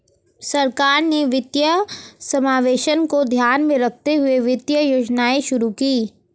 सरकार ने वित्तीय समावेशन को ध्यान में रखते हुए वित्तीय योजनाएं शुरू कीं